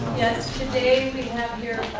yes. today we